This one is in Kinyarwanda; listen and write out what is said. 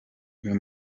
uyu